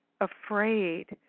afraid